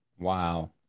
Wow